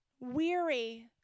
weary